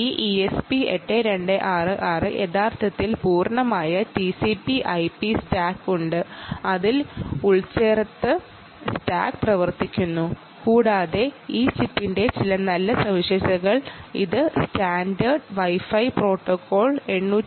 ഈ ESP 8266ൽ യഥാർത്ഥത്തിൽ പൂർണ്ണമായ TCPIP സ്റ്റാക്ക് ഉണ്ട് അതിൽ എമ്പഡഡ് സ്റ്റാക്ക് പ്രവർത്തിക്കുന്നു കൂടാതെ ഈ ചിപ്പിന്റെ ചില നല്ല സവിശേഷതകൾ എന്തെന്നാൽ ഇത് സ്റ്റാൻഡേർഡ് വൈ ഫൈ പ്രോട്ടോക്കോൾ 802